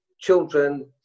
children